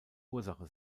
ursache